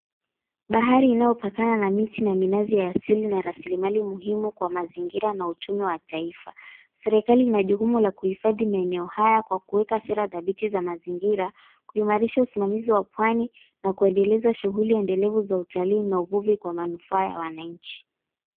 Bahari inayopakana na miti na minazi ya asili na rasilimali muhimu kwa mazingira na uchumi wa taifa. Serikali inajukumu la kuhifadhi maeneo haya kwa kuweka sera dhabiti za mazingira, kuimarisha usimamizi wa pwani na kuendeleza shughuli endelevu za utalii kwa manufaa ya wananchi.